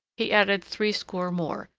he added threescore more,